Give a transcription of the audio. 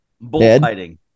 bullfighting